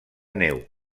neu